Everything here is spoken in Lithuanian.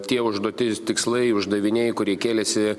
tie užduotis tikslai uždaviniai kurie kėlėsi